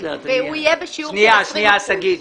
והוא יהיה בשיעור של 20 אחוזים.